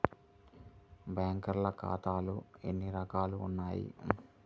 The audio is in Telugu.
బ్యాంక్లో ఖాతాలు ఎన్ని రకాలు ఉన్నావి?